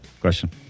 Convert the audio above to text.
Question